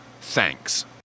thanks